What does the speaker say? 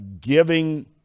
giving